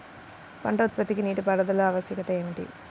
పంట ఉత్పత్తికి నీటిపారుదల ఆవశ్యకత ఏమిటీ?